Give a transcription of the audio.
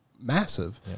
massive